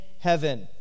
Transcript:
heaven